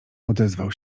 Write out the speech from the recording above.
odezwał